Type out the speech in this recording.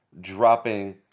dropping